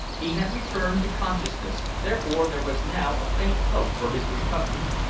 he had returned to consciousness, therefore there was now a faint hope for his recovery.